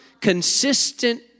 consistent